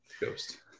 Ghost